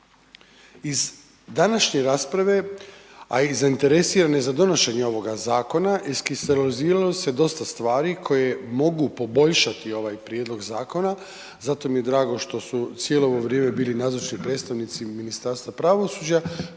Iz današnje rasprave, a i zainteresiranih za donošenje ovoga zakona iskristaliziralo se dosta stvari koje mogu poboljšati ovaj prijedlog zakona, zato mi je drago što su cijelo ovo vrijeme bili nazočni predstavnici i Ministarstva pravosuđa,